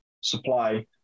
supply